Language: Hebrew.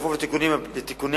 בכפוף לתיקון הפגמים